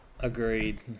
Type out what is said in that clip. Agreed